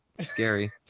Scary